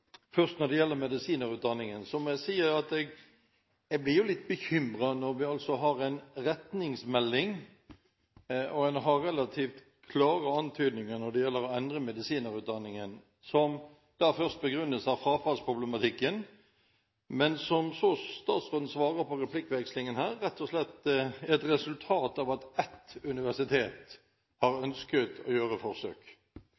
Når det gjelder medisinutdanningen, må jeg si at jeg blir litt bekymret når vi har en retningsmelding med relativt klare antydninger om å endre denne utdanningen, som da først begrunnes i frafallsproblematikken, men som – som statsråden svarer i replikkvekslingen her – rett og slett er et resultat av at ett universitet har